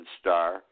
star